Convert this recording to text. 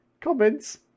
Comments